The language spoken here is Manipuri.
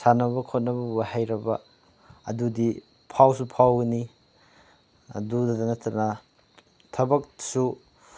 ꯁꯥꯟꯅꯕ ꯈꯣꯠꯅꯕꯕꯨ ꯍꯩꯔꯕ ꯑꯗꯨꯗꯤ ꯐꯥꯎꯁꯨ ꯐꯥꯎꯒꯅꯤ ꯑꯗꯨꯗ ꯅꯠꯇꯅ ꯊꯕꯛꯁꯨ